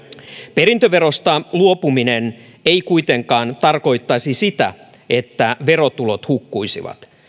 perintöverosta luopuminen ei kuitenkaan tarkoittaisi sitä että verotulot hukkuisivat